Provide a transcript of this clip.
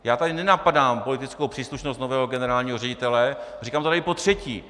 Já tady nenapadám politickou příslušnost nového generálního ředitele a říkám to tady potřetí!